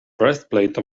breastplate